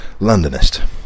Londonist